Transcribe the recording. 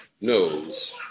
knows